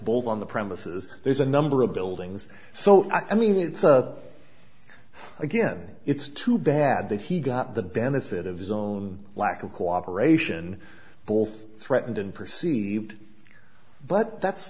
both on the premises there's a number of buildings so i mean it's a again it's too bad that he got the benefit of his own lack of cooperation both threatened and perceived but that's